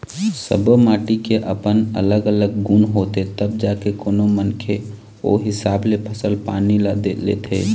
सब्बो माटी के अपन अलग अलग गुन होथे तब जाके कोनो मनखे ओ हिसाब ले फसल पानी ल लेथे